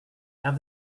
have